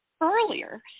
earlier